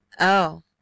Oh